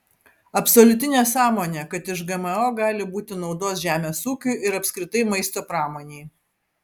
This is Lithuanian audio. absoliuti nesąmonė kad iš gmo gali būti naudos žemės ūkiui ir apskritai maisto pramonei